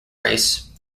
race